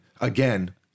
again